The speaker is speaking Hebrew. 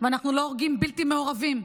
ואנחנו לא הורגים בלתי מעורבים.